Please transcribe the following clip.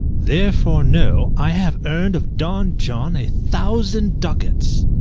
therefore know, i have earned of don john a thousand ducats.